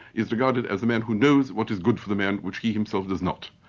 is regarded as a man who knows what is good for the man which he himself does not,